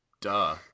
duh